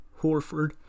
Horford